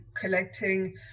collecting